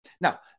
Now